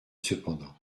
cependant